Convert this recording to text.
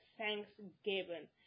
thanksgiving